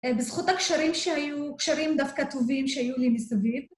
בזכות הקשרים שהיו, קשרים דווקא טובים שהיו לי מסביב.